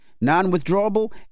Non-withdrawable